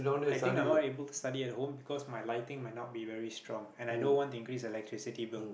I think I'm not able to study at home because my lighting might not very strong and i don't want to increase the electricity bill